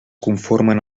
conformen